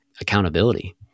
accountability